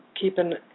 keeping